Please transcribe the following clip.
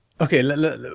Okay